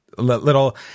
Little